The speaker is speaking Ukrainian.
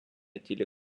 тілі